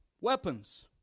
weapons